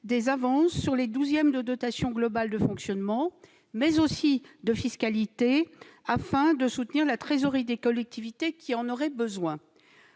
des avances sur les douzièmes de dotation globale de fonctionnement, mais aussi de fiscalité, afin de soutenir la trésorerie des collectivités qui en auraient besoin.